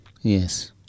yes